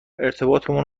ارتباطمون